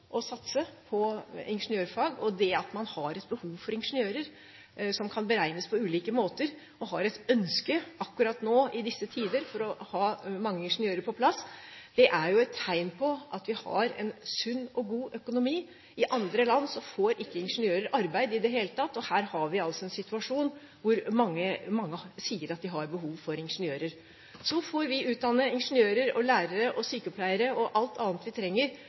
å satse på ingeniørfag. Det at man har et behov for ingeniører, kan beregnes på ulike måter, og at en har et ønske akkurat i disse tider om å ha mange ingeniører på plass, er jo et tegn på at vi har en sunn og god økonomi. I andre land får ikke ingeniører arbeid i det hele tatt, og her har vi altså en situasjon hvor mange sier at de har behov for ingeniører. Vi får utdanne ingeniører, lærere, sykepleiere og alt annet vi trenger,